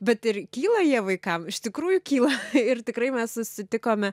bet ir kyla jie vaikam iš tikrųjų kyla ir tikrai mes susitikome